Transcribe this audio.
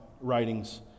writings